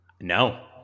No